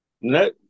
No